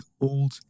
old